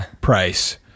price